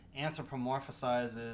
anthropomorphizes